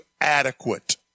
adequate